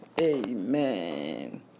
Amen